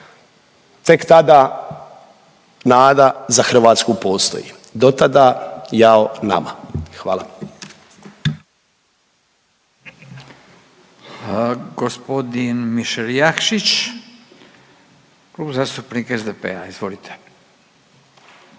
tek tada nada za Hrvatsku postoji, do tada jao nama, hvala.